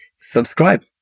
subscribe